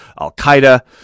Al-Qaeda